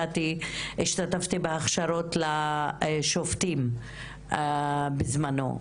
השתתפתי בהכשרות לשופטים בזמנו,